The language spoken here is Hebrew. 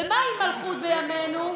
ומהי מלכות בימינו?